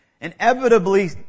inevitably